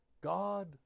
God